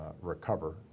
recover